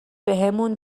بهمون